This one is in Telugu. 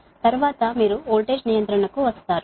తరువాత మీరు వోల్టేజ్ రెగ్యులేషన్ కు వస్తారు